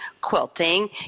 quilting